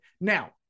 Now